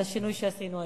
על השינוי שעשינו היום.